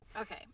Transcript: Okay